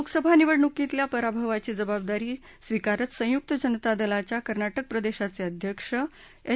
लोकसभा निवडणूकीतल्या पराभवाची जबाबदारी स्विकारत संयुक जनता दलाच्या कर्नाटक प्रदेशाचे अध्यक्ष एच